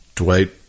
Dwight